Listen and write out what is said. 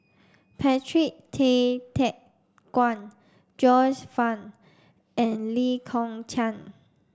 Patrick Tay Teck Guan Joyce Fan and Lee Kong Chian